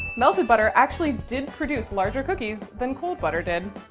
melted butter actually did produce larger cookies than cold butter did.